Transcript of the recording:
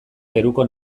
peruko